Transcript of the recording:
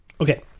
Okay